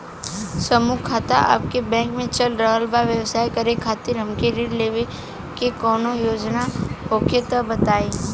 समूह खाता आपके बैंक मे चल रहल बा ब्यवसाय करे खातिर हमे ऋण लेवे के कौनो योजना होखे त बताई?